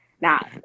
Now